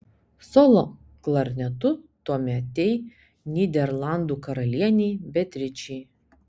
solo klarnetu tuometei nyderlandų karalienei beatričei